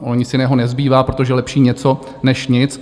Ono nic jiného nezbývá, protože lepší něco než nic.